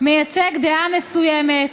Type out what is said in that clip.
מייצג דעה מסוימת,